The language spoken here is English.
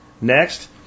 Next